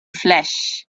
flesh